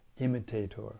imitator